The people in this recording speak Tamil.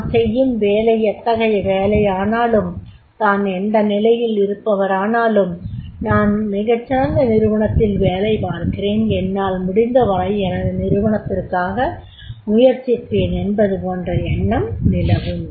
தான் செய்யும் வேலை எத்தகைய வேலையானலும் தான் எந்த நிலையில் இருப்பவரானாலும் நான் மிகச்சிறந்த நிறுவனத்தில் வேலை பார்க்கிறேன் என்னால் முடிந்தவரை எனது நிறுவனத்திற்காக முயற்சிப்பேன் என்பதுபோன்ற எண்ணம் நிலவும்